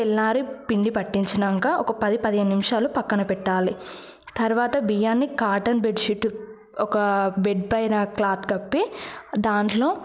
తెల్లారి పిండి పట్టించినాక ఒక పది పదిహేను నిమిషాలు పక్కన పెట్టాలి తర్వాత బియ్యాన్ని కాటన్ బెడ్ షీట్ ఒక బెడ్ పైన క్లాత్ కప్పి దాంట్లో